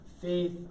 faith